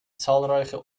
zahlreiche